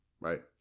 right